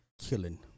killing